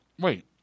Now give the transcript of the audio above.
Wait